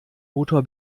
motor